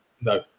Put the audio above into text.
No